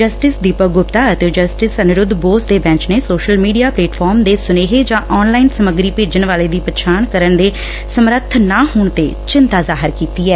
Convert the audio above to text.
justice Deepak Gupta ਅਤੇ justice Aniruddha Bose ਦੇ bench ਨੇ ਸ਼ੋਸਲ ਮੀਡੀਆ ਪਲੇਟਫਾਰਮ ਦੇ ਸੁਨੇਹੇ ਜਾਂ ਆਨ ਲਾਈਨ ਸਮੱਗਰੀ ਭੇਜਣ ਵਾਲੇ ਦੀ ਪਛਾਣ ਕਰਨ ਦੇ ਸਮਰੱਥ ਨਾ ਹੋਣ ਤੇ ਚਿੰਤਾ ਜਾਹਿਰ ਕੀਤੀ ਐ